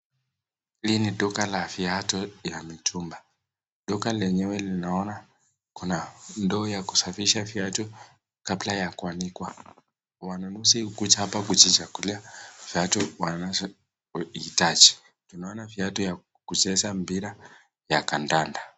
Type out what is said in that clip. Hili ni duka la viatu ya mitumba. Duka lenyewe linaona kuna ndoo ya kusafisha viatu kabla ya kuanikwa. Wanunuzi hukuja hapa kujichagulia viatu wanazohitaji. Naona viatu vya kucheza mpira ya kandanda.